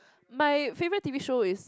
my favourite T_V show is